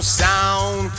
sound